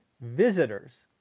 visitors